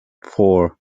four